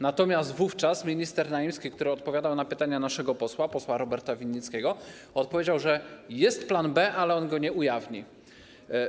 Natomiast wówczas minister Naimski, który odpowiadał na pytania naszego posła - Roberta Winnickiego, odpowiedział, że jest plan B, ale on go nie ujawni.